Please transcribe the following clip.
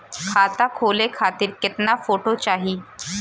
खाता खोले खातिर केतना फोटो चाहीं?